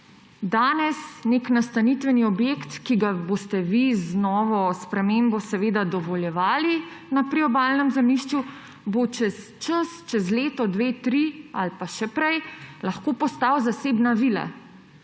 Danes nek nastanitveni objekt, ki ga boste vi z novo spremembo seveda dovoljevali na priobalnem zemljišču, bo čez čas, čez leto, dve, tri ali pa še prej, lahko postal zasebna vila.